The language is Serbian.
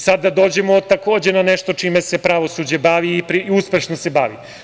Sada da dođemo na nešto čime se pravosuđe bavi i uspešno se bavi.